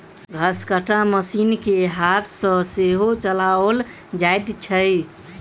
घसकट्टा मशीन के हाथ सॅ सेहो चलाओल जाइत छै